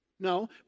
No